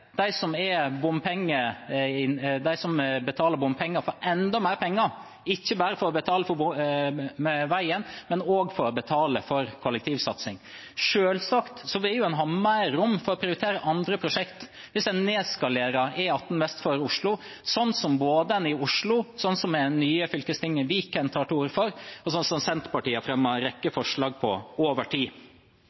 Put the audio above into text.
som betaler bompenger for enda mer penger, ikke bare for å betale for veien, men også for å betale for kollektivsatsing. Selvsagt vil en ha mer rom for å prioritere andre prosjekter hvis en nedskalerer E18 vest for Oslo – sånn som en både i Oslo og i det nye fylkestinget Viken tar til orde for, og som Senterpartiet har fremmet en rekke forslag om over tid.